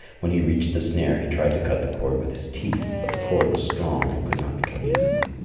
when he reached the snare, he tried to cut the cord with his teeth, but the cord was strong and could not be cut easily.